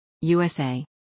USA